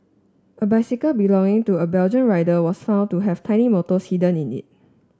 a bicycle belonging to a Belgian rider was found to have tiny motors hidden in it